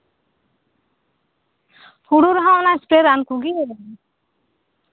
ᱦᱩᱲᱩ ᱨᱮᱦᱚᱸ ᱚᱱᱟ ᱥᱯᱨᱮ ᱨᱟᱱ ᱠᱚᱜᱮ